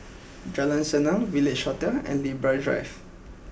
Jalan Senang Village Hotel and Libra Drive